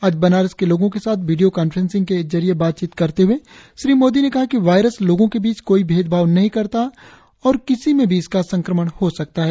आज बनारस के लोगों के साथ वीडियों कॉन्फ्रेंसिंग के जरिए बातचीत करते हुए श्री मोदी ने कहा कि वायरस लोगों के बीच कोई भेद भाव नहीं करता और किसी में भी इसका संक्रमण हो सकता है